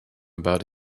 about